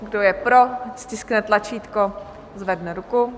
Kdo je pro, stiskne tlačítko, zvedne ruku.